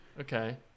Okay